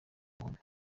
umuntu